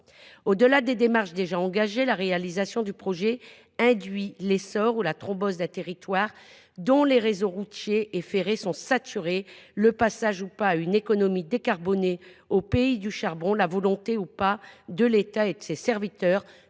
Au delà des démarches déjà engagées, la réalisation ou non du projet conduira à l’essor ou à la thrombose d’un territoire dont les réseaux routiers et ferrés sont saturés, le passage ou non à une économie décarbonée au pays du charbon, la volonté ou non de l’État et de ses serviteurs